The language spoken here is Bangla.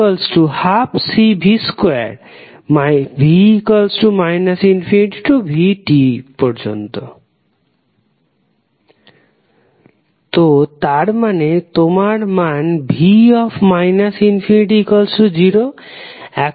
vtv ∞ তো তার মানে তোমার মান v ∞0